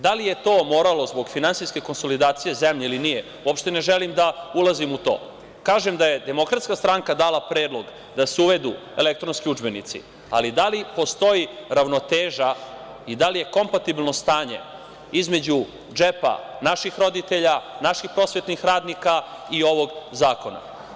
Da li je to moralo zbog finansijske konsolidacije zemlje ili nije, uopšte ne želim da ulazim u to, kažem da je Demokratska stranka dala predlog da se uvedu elektronski udžbenici, ali da li postoji ravnoteža i da li je kompatibilno stanje između džepa naših roditelja, naših prosvetnih radnika i ovog zakona?